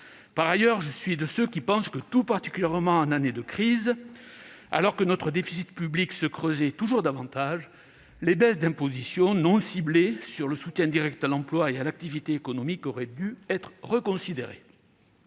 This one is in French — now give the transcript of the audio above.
Par ailleurs, je suis de ceux qui pensent que, tout particulièrement en année de crise, alors que notre déficit public se creusait toujours davantage, les baisses d'imposition non ciblées sur le soutien direct à l'emploi et à l'activité économique auraient dû être reconsidérées.